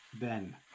Ben